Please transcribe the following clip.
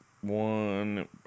one